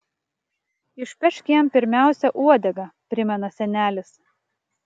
išpešk jam pirmiausia uodegą primena senelis